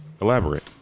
Elaborate